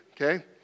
Okay